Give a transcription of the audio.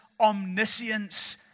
omniscience